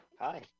hi